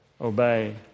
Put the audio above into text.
obey